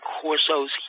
Corso's